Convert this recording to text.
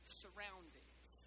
surroundings